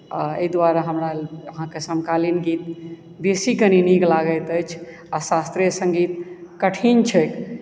आओर ओहि दुआरे हमरा अहाँके समकालीन गीत बेसी कनी नीक लगैत अछि आओर शास्त्रीय सङ्गीत कठिन छैक